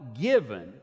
given